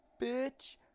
bitch